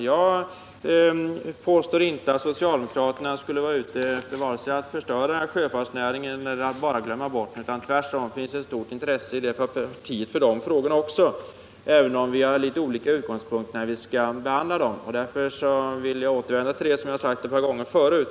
Jag påstår inte att socialdemokraterna skulle vara ute efter vare sig att förstöra sjöfartsnäringen eller bara glömma bort den; tvärtom finns det ett stort intresse inom detta parti också för dessa frågor, även om vi har litet olika utgångspunkter när vi skall behandla dem. Jag vill därför återvända till det jag sagt ett par gånger förut.